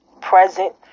present